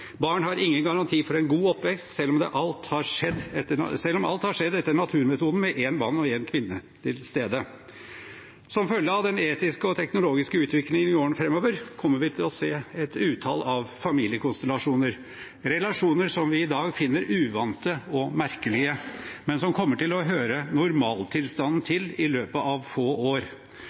Barn har ingen garanti for en god oppvekst, selv om alt har skjedd etter naturmetoden – med én mann og én kvinne til stede. Som følge av den etiske og teknologiske utviklingen i årene fremover kommer vi til å se et utall av familiekonstellasjoner, relasjoner som vi i dag finner uvante og merkelige, men som kommer til å høre normaltilstanden til i løpet av få år.